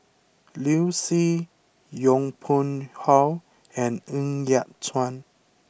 Liu Si Yong Pung How and Ng Yat Chuan